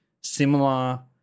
similar